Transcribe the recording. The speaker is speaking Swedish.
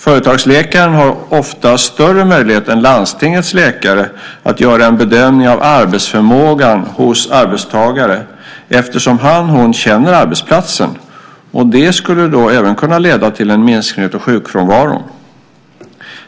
Företagsläkaren har ofta större möjlighet än landstingets läkare att göra en bedömning av arbetsförmågan hos arbetstagaren eftersom han eller hon känner arbetsplatsen. Detta skulle även kunna leda till en minskning av sjukfrånvaron.